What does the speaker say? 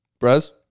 Brez